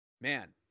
man